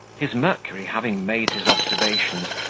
his mercury, having made his observations,